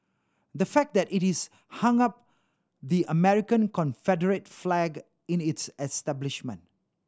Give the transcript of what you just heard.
the fact that it is hung up the American Confederate flag in its establishment